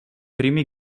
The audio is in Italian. primi